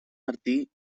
martí